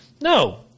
No